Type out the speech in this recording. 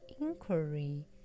inquiry